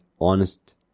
honest